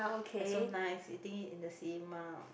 that's so nice eating it in the cinema